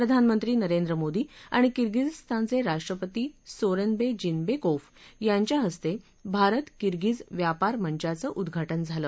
प्रधानमंत्री नरेंद्र मोदी आणि किर्गिझस्तानचे राष्ट्रपती सोरोनबे जिन्बेकोफ यांच्या हस्ते भारत किर्गिझ व्यापार मंचाचं उद्घाटन झालं